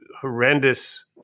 horrendous